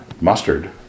mustard